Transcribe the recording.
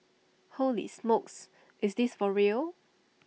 holy smokes is this for real